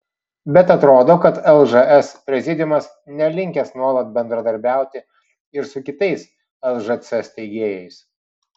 bet atrodo kad lžs prezidiumas nelinkęs nuolat bendradarbiauti ir su kitais lžc steigėjais